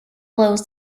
blows